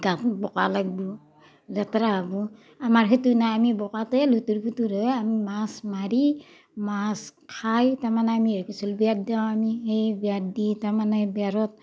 গাত বোকা লাগিব লেতেৰা হ'ব আমাৰ সেইটো নাই আমি বোকাতেই লুতুৰি পুতুৰি হৈ আমি মাছ মাৰি মাছ খাই তাৰমানে আমি সেই কৰিছিলোঁ বিয়াৰ দিনা আমি সেই বিয়াৰ দি তাৰমানে বিয়াৰত